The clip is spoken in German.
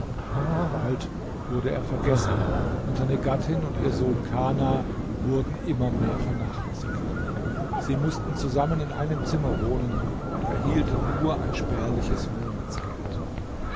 doch bald wurde er vergessen und seine gattin und ihr sohn kana wurden immer mehr vernachlässigt sie mußten zusammen in einem zimmer wohnen und erhielten nur ein spärliches monatsgeld